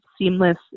seamless